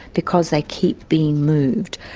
because they keep being moved.